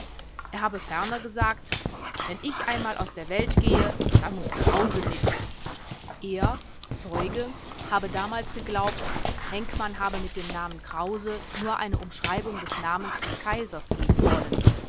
er habe ferner gesagt wenn ich einmal aus der welt gehe dann muß krause mit er zeuge habe damals geglaubt henkmann habe mit dem namen krause nur eine umschreibung des namens des kaisers geben wollen